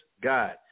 God